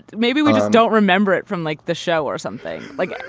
maybe we just don't remember it from like the show or something like